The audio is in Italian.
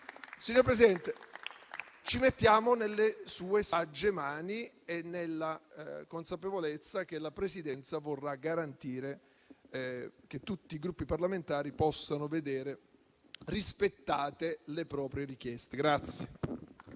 Signor Presidente, ci mettiamo nelle sue sagge mani, nella consapevolezza che la Presidenza vorrà garantire che tutti i Gruppi parlamentari possano vedere rispettate le proprie richieste.